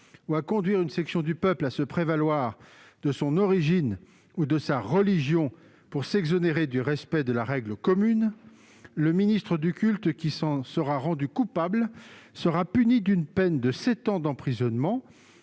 ou à conduire une section du peuple à se prévaloir de son origine ou de sa religion pour s'exonérer du respect de la règle commune, le ministre du culte qui s'en sera rendu coupable sera puni de sept ans d'emprisonnement